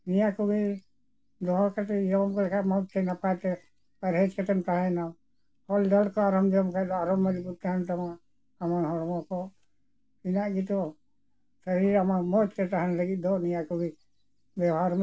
ᱱᱤᱭᱟᱹ ᱠᱚᱜᱮ ᱫᱚᱦᱚ ᱠᱟᱛᱮ ᱡᱚᱢ ᱞᱮᱠᱷᱟᱱ ᱢᱚᱡᱽ ᱛᱮ ᱱᱟᱯᱟᱭ ᱛᱮ ᱟᱨᱦᱮᱡᱽ ᱠᱟᱛᱮᱢ ᱛᱟᱦᱮᱱᱟ ᱯᱷᱚᱞ ᱰᱚᱞ ᱠᱚ ᱟᱨᱦᱚᱸᱢ ᱡᱚᱢ ᱠᱷᱟᱱ ᱫᱚ ᱟᱨᱚ ᱢᱚᱡᱽ ᱵᱩᱫᱽ ᱛᱟᱦᱮᱱ ᱛᱟᱢᱟ ᱟᱢᱟᱜ ᱦᱚᱲᱢᱚ ᱠᱚ ᱛᱤᱱᱟᱹᱜ ᱜᱮᱛᱚ ᱥᱚᱨᱤᱨ ᱟᱢᱟᱜ ᱢᱚᱡᱽ ᱛᱮ ᱛᱟᱦᱮᱱ ᱞᱟᱹᱜᱤᱫ ᱫᱚ ᱱᱤᱭᱟᱹ ᱠᱚᱜᱮ ᱵᱮᱣᱦᱟᱨ ᱢᱮ